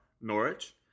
Norwich